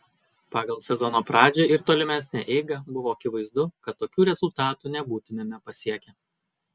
pagal sezono pradžią ir tolimesnę eigą buvo akivaizdu kad tokių rezultatų nebūtumėme pasiekę